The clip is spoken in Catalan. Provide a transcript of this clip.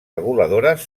reguladores